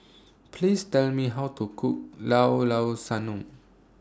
Please Tell Me How to Cook Llao Llao Sanum